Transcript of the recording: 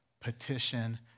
Petition